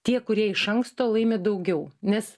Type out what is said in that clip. tie kurie iš anksto laimi daugiau nes